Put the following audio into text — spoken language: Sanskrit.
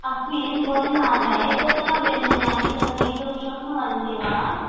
अस्मिन् भोजनालये उत्तमव्यञ्चनानि कथयितुं शक्नुवन्ति वा